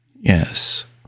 Yes